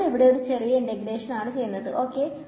നമ്മളിവിടെ ഒരു ചെറിയ ഇന്റഗ്രേഷൻ ആണ് ചെയ്യുന്നത് ഓക്കേ